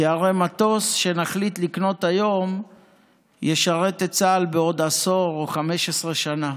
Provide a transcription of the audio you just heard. כי הרי מטוס שנחליט לקנות היום ישרת את צה"ל בעוד עשור או 15 שנה,